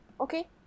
Okay